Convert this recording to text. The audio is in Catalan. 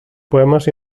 poemes